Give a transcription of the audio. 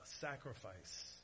sacrifice